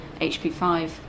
HP5